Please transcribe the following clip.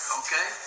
okay